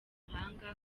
umuhanga